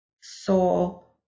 soul